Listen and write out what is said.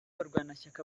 abarwanashyaka